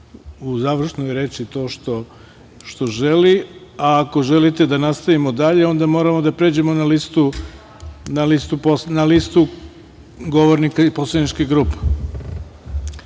u završnoj reči to što želi, a ako želite da nastavimo dalje onda moramo da pređemo na listu govornika poslaničkih grupa. Kakvo